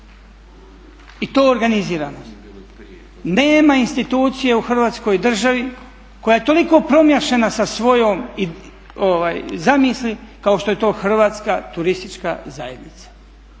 I to organiziranost. Nema institucije u Hrvatskoj državi koja je toliko promišljena sa svojom zamisli kao što je Hrvatska turistička zajednica.